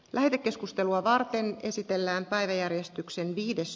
lähetekeskustelua varten esitellään päiväjärjestyksen viides